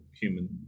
human